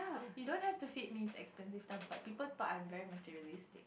you don't have to feed me expensive stuff but people thought I'm very materialistic